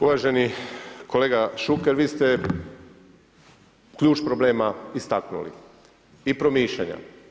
Uvaženi kolega Šuker, vi ste ključ problema istaknuli i promišljanja.